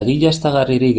egiaztagarririk